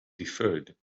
deferred